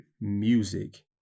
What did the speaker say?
music